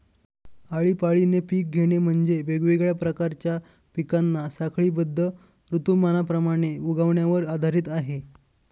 आळीपाळीने पिक घेणे म्हणजे, वेगवेगळ्या प्रकारच्या पिकांना साखळीबद्ध ऋतुमानाप्रमाणे उगवण्यावर आधारित आहे